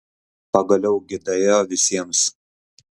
pagaliau gi daėjo visiems